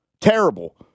Terrible